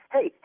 Hey